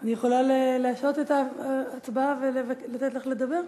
אני יכולה להשהות את ההצבעה ולתת לך לדבר?